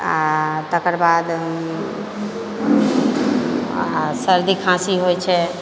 आ तकर बाद आ सर्दी खाँसी होइ छै